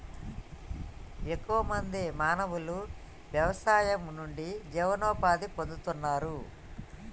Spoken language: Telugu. ఎక్కువ మంది మానవులు వ్యవసాయం నుండి జీవనోపాధి పొందుతున్నారు